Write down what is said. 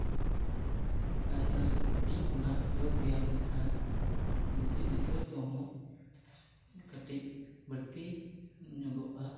ᱟᱨ ᱦᱩᱰᱤᱧ ᱠᱷᱚᱱᱟᱜ ᱡᱳᱜᱽ ᱵᱮᱭᱟᱢ ᱞᱮᱠᱷᱟᱱ ᱵᱩᱫᱽᱫᱷᱤ ᱫᱤᱥᱟᱹ ᱠᱚᱦᱚᱸ ᱠᱟᱹᱴᱤᱡ ᱵᱟᱹᱲᱛᱤ ᱧᱚᱜᱚᱜᱼᱟ